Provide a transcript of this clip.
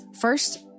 First